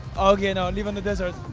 okay no, live in the desert.